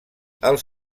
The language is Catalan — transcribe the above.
els